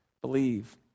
believe